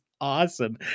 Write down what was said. awesome